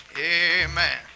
Amen